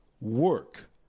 work